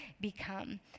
become